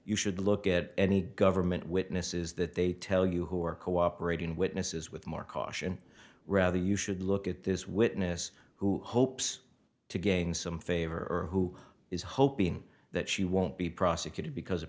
you should look at any government witnesses that they tell you who are cooperating witnesses with more caution rather you should look at this witness who hopes to gain some favor or who is hoping that she won't be prosecuted because